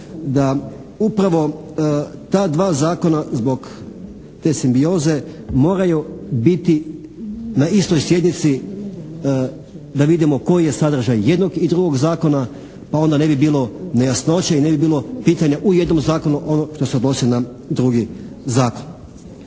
da upravo ta dva zakona zbog te simbioze moraju biti na istoj sjednici da vidimo koji je sadržaj jednog i drugog zakona pa onda ne bi bilo nejasnoće i ne bi bilo pitanje u jednom zakonu ono što se odnosi na drugi zakon.